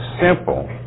simple